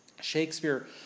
Shakespeare